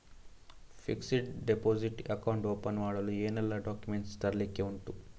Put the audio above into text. Fixed deposit account open ಮಾಡಲು ಏನೆಲ್ಲಾ documents ತರ್ಲಿಕ್ಕೆ ಉಂಟು?